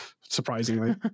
surprisingly